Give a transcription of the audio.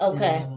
Okay